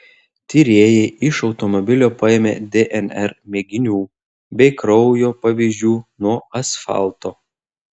tyrėjai iš automobilio paėmė dnr mėginių bei kraujo pavyzdžių nuo asfalto